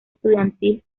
estudiantil